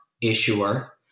issuer